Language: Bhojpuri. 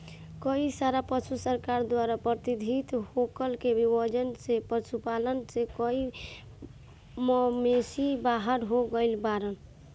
कई सारा पशु सरकार द्वारा प्रतिबंधित होखला के वजह से पशुपालन से कई मवेषी बाहर हो गइल बाड़न